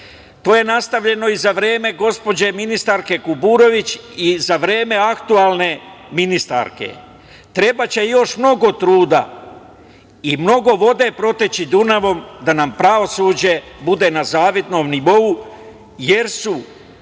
To je nastavljeno i za vreme gospođe ministarke Kuburović i za vreme aktuelne ministarke. Trebaće još mnogo truda i mnogo vode proteći Dunavom da nam pravosuđe bude na zavidnom nivou, jer su